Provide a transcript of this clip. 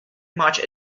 much